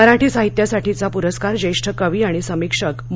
मराठी साहित्या साठीचा पुरस्कार ज्येष्ठ कवी आणि समिक्षक म